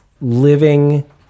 living